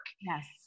Yes